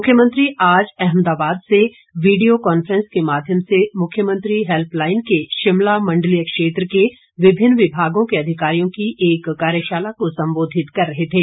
मुख्यमंत्री आज अहमदाबाद से वीडियो कॉन्फ्रैंस के माध्यम से मुख्यमंत्री हेल्पलाइन के शिमला मंडलीय क्षेत्र को विभिन्न विभागों के अधिकारियों की एक कार्यशाला को संबोधित कर रहे थे